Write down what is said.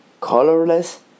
colorless